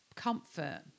comfort